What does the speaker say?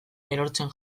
erortzen